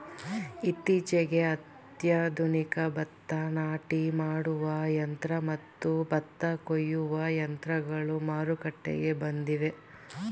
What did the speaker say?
ಇತ್ತೀಚೆಗೆ ಅತ್ಯಾಧುನಿಕ ಭತ್ತ ನಾಟಿ ಮಾಡುವ ಯಂತ್ರ ಮತ್ತು ಭತ್ತ ಕೊಯ್ಯುವ ಯಂತ್ರಗಳು ಮಾರುಕಟ್ಟೆಗೆ ಬಂದಿವೆ